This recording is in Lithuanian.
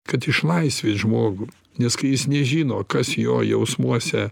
kad išlaisvi žmogų nes kai jis nežino kas jo jausmuose